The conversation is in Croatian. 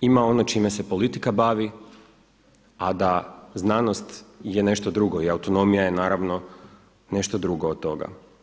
ima ono čime se politika bavi, a da znanost je nešto drugo i autonomija je nešto drugo od toga.